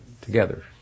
together